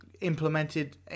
implemented